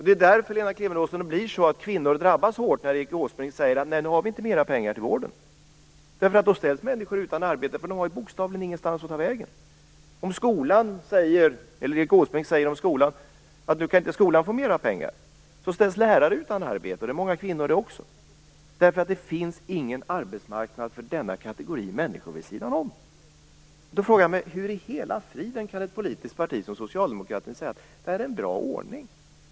Det är därför, Lena Klevenås, det blir så att kvinnor drabbas hårt när Erik Åsbrink säger att det inte finns mera pengar till vården. Då ställs människor utan arbete, därför att de ju bokstavligen inte har någonstans att ta vägen. Om Erik Åsbrink säger att skolan inte kan få mera pengar ställs lärare utan arbete, och många av dem är också kvinnor. Det finns ju nämligen ingen arbetsmarknad för denna kategori människor vid sidan om den offentliga sektorn. Då frågar jag mig: Hur i hela friden kan ett politiskt parti som Socialdemokraterna säga att det här är en bra ordning?